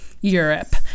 Europe